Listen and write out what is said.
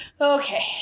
okay